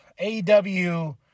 AEW